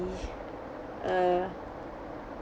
by uh